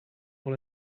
dans